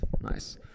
nice